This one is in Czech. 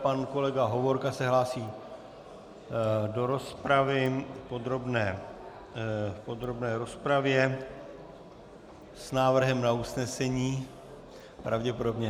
Pan kolega Hovorka se hlásí do rozpravy podrobné rozpravě s návrhem na usnesení, pravděpodobně.